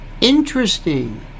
Interesting